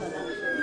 הצבעה בעד, 9 נגד,